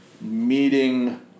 meeting